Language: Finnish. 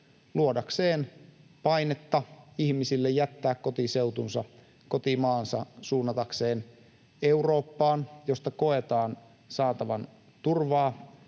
luodakseen painetta ihmisille jättää kotiseutunsa, kotimaansa, suunnatakseen Eurooppaan — josta koetaan saatavan turvaa,